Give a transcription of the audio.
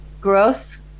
growth